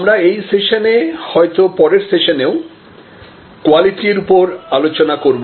আমরা এই সেশনে হয়তো পরের সেশনেওসার্ভিস কোয়ালিটি এর উপরে আলোচনা করব